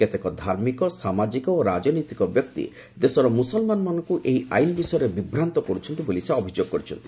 କେତେକ ଧାର୍ମିକ ସାମଜିକ ଓ ରାଜନୈତିକ ବ୍ୟକ୍ତି ଦେଶର ମୁସଲ୍ମାନମାନଙ୍କୁ ଏହି ଆଇନ ବିଷୟରେ ବିଭ୍ରାନ୍ତ କରୁଛନ୍ତି ବୋଲି ସେ ଅଭିଯୋଗ କରୁଛନ୍ତି